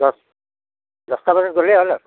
দছ দছটা বজাত গ'লে হ'ল আৰু